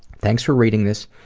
thanks for reading this,